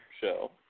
show